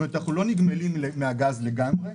כלומר אנחנו לא נגמלים מן הגז לגמרי.